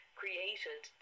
created